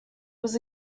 was